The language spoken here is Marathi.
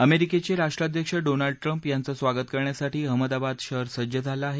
अमेरिकेचे राष्ट्राध्यक्ष डोनाल्ड ट्रम्प याचं स्वागत करण्यासाठी अहमदाबाद शहर सज्ज झालं आहे